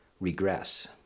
regress